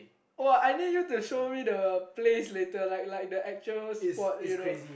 oh I need you to show me the place later like like the actual spot area